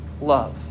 love